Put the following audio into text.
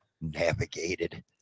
navigated